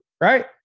right